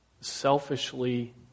selfishly